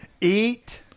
Eat